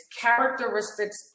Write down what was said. characteristics